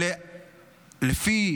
לפי